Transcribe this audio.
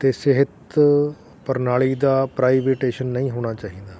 ਅਤੇ ਸਿਹਤ ਪ੍ਰਣਾਲੀ ਦਾ ਪ੍ਰਾਈਵੇਟੇਸ਼ਨ ਨਹੀਂ ਹੋਣਾ ਚਾਹੀਦਾ